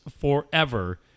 forever